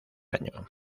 año